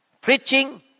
preaching